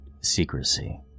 secrecy